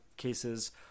cases